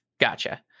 Gotcha